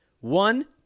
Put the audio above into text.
One